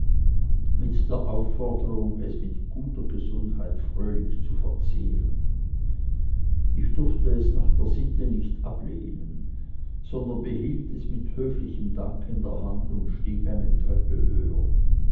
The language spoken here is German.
mit der aufforderung es mit guter gesundheit fröhlich zu verzehren ich durfte es nach der sitte nicht ablehnen sondern behielt es mit höflichem dank in der hand und stieg eine treppe höher